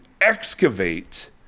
excavate